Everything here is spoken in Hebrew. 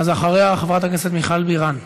אז אחריה, חברת הכנסת מיכל בירן.